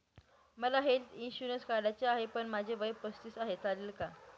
मला health insurance काढायचा आहे पण माझे वय पस्तीस आहे, चालेल का?